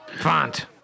font